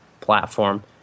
platform